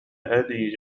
أبي